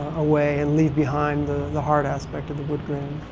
away and leave behind the, the hard aspect of the wood grain.